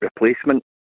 Replacement